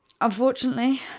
Unfortunately